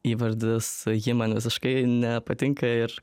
įvardis ji man visiškai nepatinka ir